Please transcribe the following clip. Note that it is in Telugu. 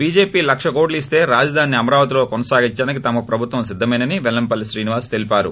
బీజేపీ లక్ష కోట్లు ఇస్తే రాజధానిని అమరావతిలో కొనసాగించడానికి తమ ప్రభుత్వం సిద్ధమమేనని పెల్లంపల్లి శ్రీనివాస్ తెలిపారు